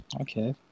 Okay